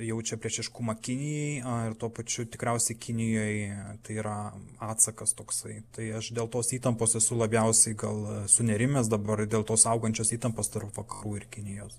jaučia priešiškumą kinijai ir tuo pačiu tikriausiai kinijoj tai yra atsakas toksai tai aš dėl tos įtampos esu labiausiai gal sunerimęs dabar dėl tos augančios įtampos tarp vakarų ir kinijos